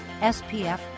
SPF